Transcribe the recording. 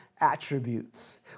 attributes